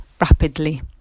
rapidly